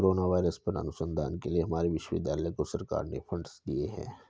corona virus पर अनुसंधान के लिए हमारे विश्वविद्यालय को सरकार ने फंडस दिए हैं